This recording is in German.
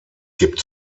gibt